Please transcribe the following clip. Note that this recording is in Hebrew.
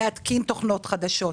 להתקין תוכנות חדשות.